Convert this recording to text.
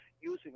using